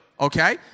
Okay